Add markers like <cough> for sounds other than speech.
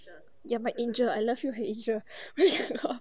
you are my angel I love you her angel <laughs>